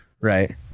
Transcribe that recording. right